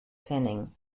pinning